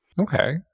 Okay